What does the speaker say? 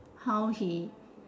how he